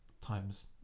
times